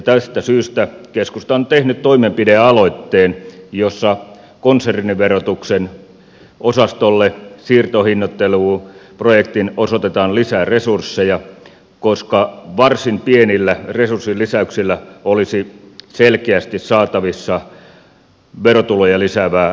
tästä syystä keskusta on tehnyt toimenpidealoitteen jossa konserniverotuksen osastolle siirtohinnoitteluprojektiin osoitetaan lisää resursseja koska varsin pienillä resurssin lisäyksillä olisi selkeästi saatavissa verotuloja lisäävää vaikutusta